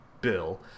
Bill